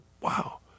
wow